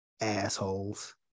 Assholes